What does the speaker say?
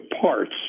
parts